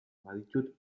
baditut